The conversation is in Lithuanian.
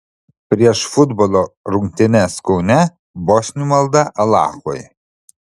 prieš futbolo rungtynes kaune bosnių malda alachui